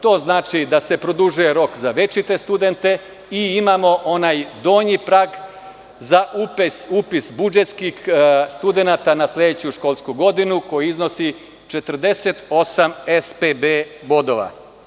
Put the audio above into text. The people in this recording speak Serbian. To znači da se produžuje rok za večite studente i imamo onaj donji prag za upis budžetskih studenata na sledeću školsku godinu koji iznosi 48 ESPB bodova.